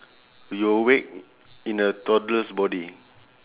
you awake in a toddler's body